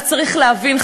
אז צריך להבין,